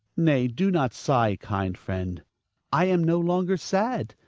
nay, do not sigh, kind friend i am no longer sad.